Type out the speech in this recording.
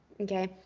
okay